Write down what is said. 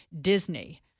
Disney